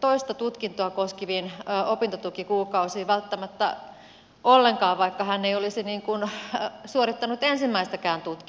toista tutkintoa koskeviin opintotukikuukausiin välttämättä ollenkaan vaikka hän ei olisi suorittanut ensimmäistäkään tutkintoa